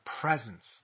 presence